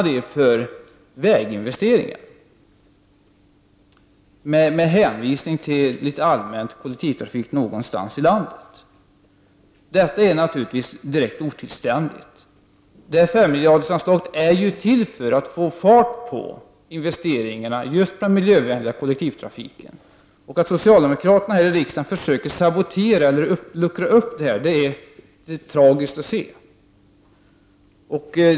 Han gör det med en allmän hänvisning till kollektivtrafiken någonstans i landet. Detta är naturligtvis direkt otillständigt. Detta anslag är ju till för att få fart på investeringarna just på den miljövänliga kollektivtrafiken. Att socialdemokraterna här i riksdagen försöker luckra upp detta är det tragiskt att se.